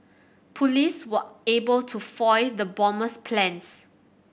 police were able to foil the bomber's plans